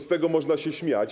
Z tego można się śmiać.